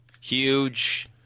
Huge